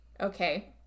Okay